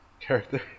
character